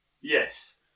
Yes